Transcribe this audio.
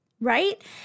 right